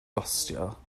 gostio